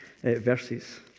verses